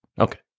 Okay